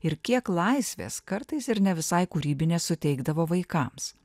ir kiek laisvės kartais ir ne visai kūrybinės suteikdavo vaikams